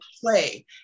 play